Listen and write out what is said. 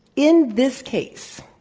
in this case,